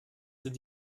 sind